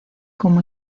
como